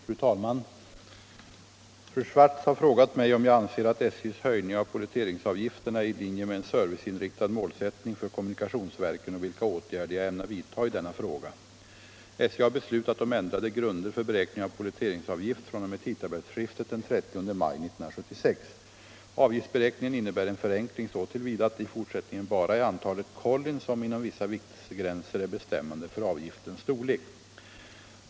Fru talman! Fru Swartz har frågat mig om jag anser att SJ:s höjning av polletteringsavgifterna är i linje med en serviceinriktad målsättning för kommunikationsverken och vilka åtgärder jag ämnar vidta i denna fråga. SJ har beslutat om ändrade grunder för beräkning av polletteringsavgift fr.o.m. tidtabellsskiftet den 30 maj 1976. Avgiftsberäkningen innebär en förenkling så till vida att det i fortsättningen bara är antalet kollin som —- inom vissa viktsgränser — är bestämmande för avgiftens storlek.